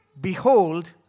behold